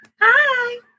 Hi